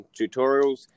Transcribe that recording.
tutorials